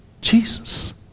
Jesus